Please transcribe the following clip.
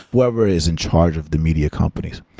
whoever is in charge of the media companies.